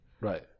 Right